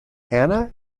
hannah